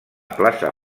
plaça